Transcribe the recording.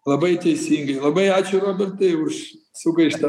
labai teisingai labai ačiū robertai už sugaištą